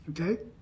Okay